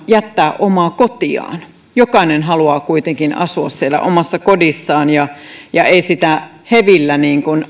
jättää omaa kotiaan jokainen haluaa kuitenkin asua siellä omassa kodissaan ja ja ei sitä hevillä